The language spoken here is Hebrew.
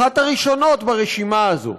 אחת הראשונות ברשימה הזאת.